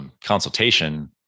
Consultation